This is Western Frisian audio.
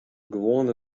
gewoane